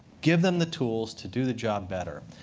give them the tools to do the job better.